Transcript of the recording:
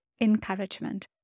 encouragement